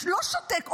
לא שותק,